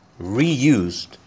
reused